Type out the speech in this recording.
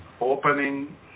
Opening